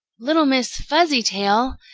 little miss fuzzytail!